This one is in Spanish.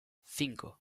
cinco